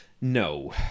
no